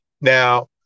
now